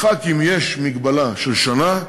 לח"כים יש מגבלה של שנה.